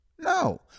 No